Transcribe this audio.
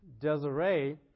Desiree